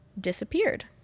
disappeared